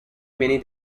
many